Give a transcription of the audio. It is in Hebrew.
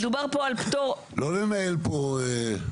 לא לנהל פה.